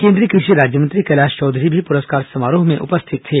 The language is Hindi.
केन्द्रीय कृषि राज्य मंत्री कैलाश चौधरी भी पुरस्कार समारोह में उपस्थित थे